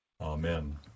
Amen